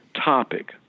topic